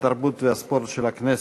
התרבות והספורט של הכנסת.